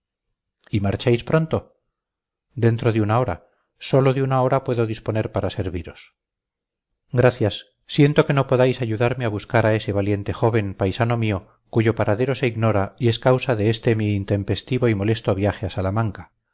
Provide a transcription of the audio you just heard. y marcháis pronto dentro de una hora sólo de una hora puedo disponer para serviros gracias siento que no podáis ayudarme a buscar a ese valiente joven paisano mío cuyo paradero se ignora y es causa de este mi intempestivo y molesto viaje a salamanca